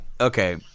okay